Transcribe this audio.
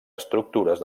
estructures